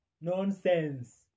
Nonsense